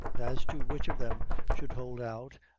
as to which of them should hold out,